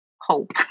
hope